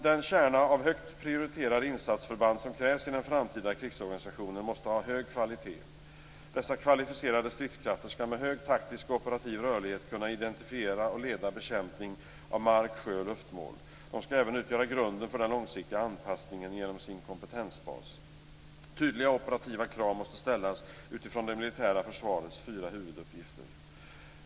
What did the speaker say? Den kärna av högt prioriterade insatsförband som krävs i den framtida krigsorganisationen måste ha hög kvalitet. Dessa kvalificerade stridskrafter skall med hög taktisk och operativ rörlighet kunna identifiera och leda bekämpning av mark-, sjö och luftmål. De skall även utgöra grunden för den långsiktiga anpassningen genom sin kompetensbas. Tydliga operativa krav måste ställas utifrån det militära försvarets fyra huvuduppgifter.